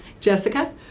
Jessica